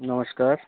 नमस्कार